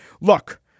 Look